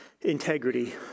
integrity